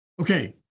Okay